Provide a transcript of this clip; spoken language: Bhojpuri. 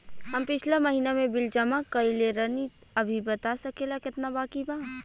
हम पिछला महीना में बिल जमा कइले रनि अभी बता सकेला केतना बाकि बा?